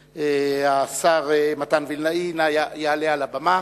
השר מתן וילנאי, יעלה נא על הבמה